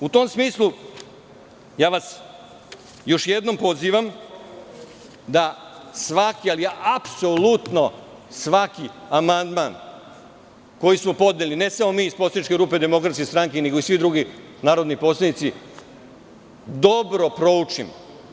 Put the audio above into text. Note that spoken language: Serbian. U tom smislu, ja vas još jednom pozivam da svaki, ali apsolutno svaki amandman koji smo podneli, ne samo mi iz poslaničke grupe DS, nego i svi drugi narodni poslanici, dobro proučimo.